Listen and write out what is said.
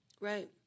Right